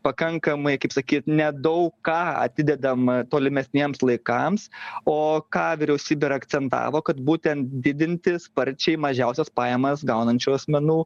pakankamai kaip sakyt nedaug ką atidedam tolimesniems laikams o ką vyriausybė ir akcentavo kad būtent didinti sparčiai mažiausias pajamas gaunančių asmenų